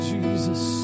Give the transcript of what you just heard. Jesus